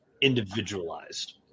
individualized